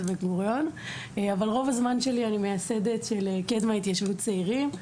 בן גוריון אבל ברוב הזמן אני מייסדת של קדמה התיישבות צעירים.